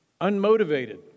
unmotivated